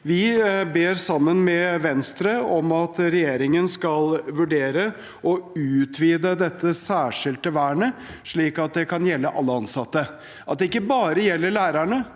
Vi ber sammen med Venstre om at regjeringen skal vurdere å utvide dette særskilte vernet, slik at det kan gjelde alle ansatte – ikke bare lærerne,